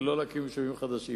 ולא להקים יישובים חדשים.